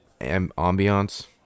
ambiance